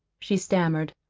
she stammered.